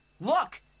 look